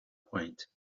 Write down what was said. quaint